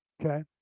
Okay